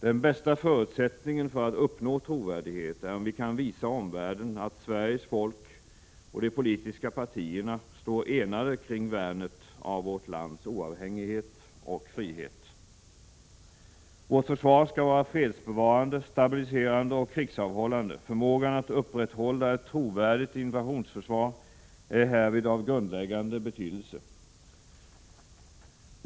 Den bästa förutsättningen för att uppnå trovärdighet är om vi kan visa omvärlden att Sveriges folk och de politiska partierna står enade kring värnet av vårt lands oavhängighet och frihet. Vårt försvar skall vara fredsbevarande, stabiliserande och krigsavhållande. Förmågan att upprätthålla ett trovärdigt invasionsförsvar är härvid av grundläggande betydelse.